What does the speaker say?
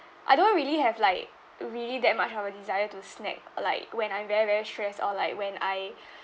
I don't really have like really that much of a desire to snack like when I'm very very stressed or like when I